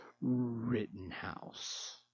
Rittenhouse